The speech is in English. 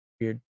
weird